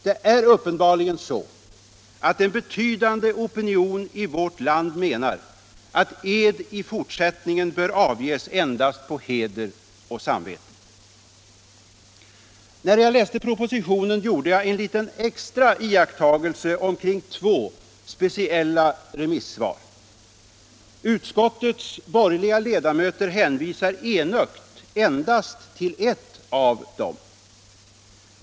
Det är uppenbarligen så att en betydande opinion i vårt land menar att ed i fortsättningen bör avläggas endast på heder och samvete. När jag läste propositionen gjorde jag en liten extra iakttagelse beträffande två speciella remissvar. Utskottets borgerliga ledamöter hänvisar enögt endast till ett av dem.